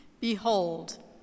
Behold